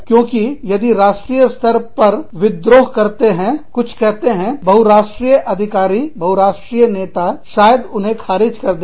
क्योंकि यदि राष्ट्रीय स्तर पर विद्रोह करते हैं कुछ कहते हैं बहुराष्ट्रीय अधिकारी बहुराष्ट्रीय नेता शायद उन्हें खारिज कर दें